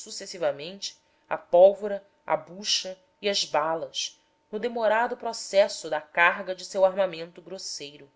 sucessivamente a pólvora a bucha e as balas no demorado processo de carga de seu armamento grosseiro